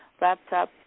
laptop